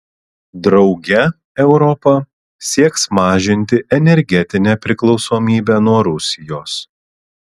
drauge europa sieks mažinti energetinę priklausomybę nuo rusijos